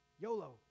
YOLO